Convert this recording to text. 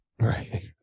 Right